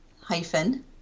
hyphen